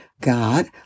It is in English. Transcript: God